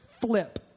flip